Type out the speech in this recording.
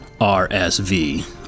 RSV